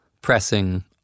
pressing